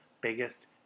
biggest